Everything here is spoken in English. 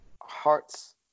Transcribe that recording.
hearts